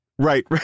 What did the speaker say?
Right